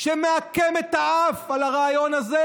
שמעקם את האף על הרעיון הזה,